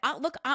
Look